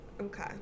Okay